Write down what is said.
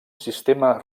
sistema